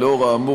לאור האמור,